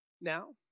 Now